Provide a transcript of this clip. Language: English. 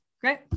great